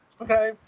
Okay